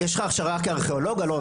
יש לך הכשרה כארכיאולוג, אלון?